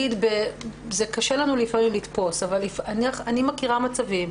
קשה לנו לפעמים לתפוס אבל אני מכירה מצבים,